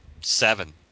seven